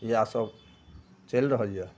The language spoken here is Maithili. इएहसब चलि रहलि यऽ